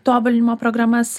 tobulinimo programas